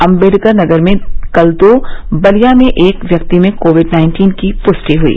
अम्बेडकर नगर में कल दो और बलिया में एक व्यक्ति में कोविड नाइन्टीन की प्रष्टि हई